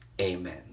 amen